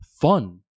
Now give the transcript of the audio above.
fun